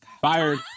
Fired